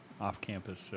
off-campus